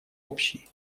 общий